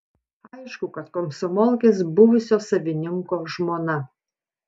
aišku kad komsomolkės buvusio savininko žmona